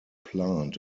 plant